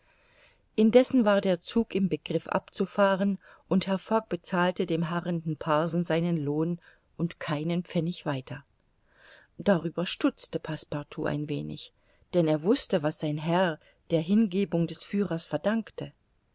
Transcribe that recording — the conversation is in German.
indessen war der zug im begriff abzufahren und herr fogg bezahlte dem harrenden parsen seinen lohn und keinen pfennig weiter darüber stutzte passepartout ein wenig denn er wußte was sein herr der hingebung des führers verdankte